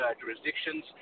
jurisdictions